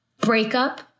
breakup